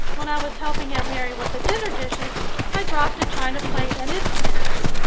when i was helping aunt mary with the dinner dishes i dropped a china plate and it smashed.